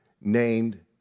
named